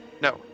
No